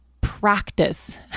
practice